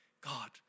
God